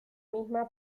misma